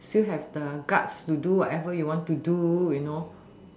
still have the guts to do whatever you want to do you know